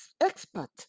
expert